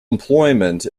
employment